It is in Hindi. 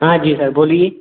हाँ जी सर बोलिए